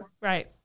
Right